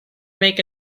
make